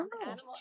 animals